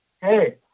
hey